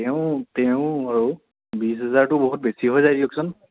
তেও তেও আৰু বিশ হাজাৰটো বহুত বেছি হৈ যায় দিয়কচোন